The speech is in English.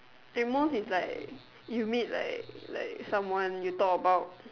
at most is like you meet like like someone you talk about